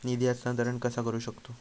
निधी हस्तांतर कसा करू शकतू?